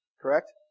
correct